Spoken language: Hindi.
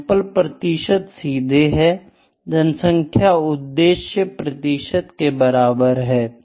सैंपल प्रतिशत सीधे हैं जनसंख्या उद्देश्य प्रतिशत के बराबर है